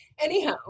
Anyhow